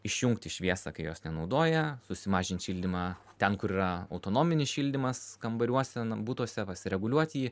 išjungti šviesą kai jos nenaudoja susimažint šildymą ten kur yra autonominis šildymas kambariuose butuose pasireguliuot jį